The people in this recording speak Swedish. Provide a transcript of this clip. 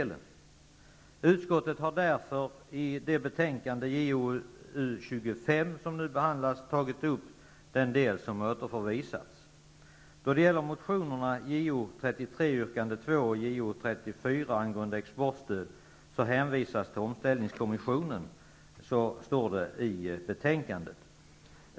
Utskottet har därför i betänkande JoU25, som nu behandlas, tagit upp den del som återförvisats. angående exportstöd, hänvisas till omställningskommissionen. Så står det i betänkandet.